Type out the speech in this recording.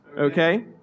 Okay